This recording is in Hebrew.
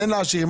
תן לעשירים.